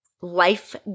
life